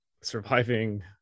surviving